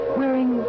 wearing